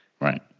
Right